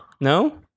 No